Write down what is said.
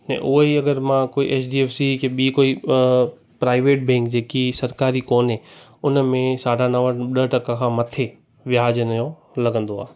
ऐं उहो ई अगरि मां कोई एच डी एफ सी ॿी कोई प्राइवेट बैंक जेकी सरकारी कोन्हे उन में साढा नव ॾह टका खां मथे व्याजु इन जो लॻंदो आ